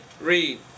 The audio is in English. Read